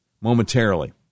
momentarily